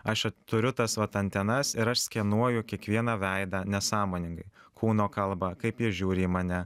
aš turiu tas vat antenas ir aš skenuoju kiekvieną veidą nesąmoningai kūno kalbą kaip jie žiūri į mane